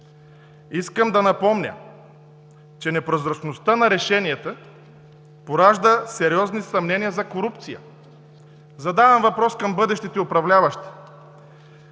Искам да напомня, че непрозрачността на решенията поражда сериозни съмнения за корупция. Задавам въпрос към бъдещите управляващи: